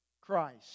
Christ